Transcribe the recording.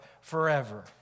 forever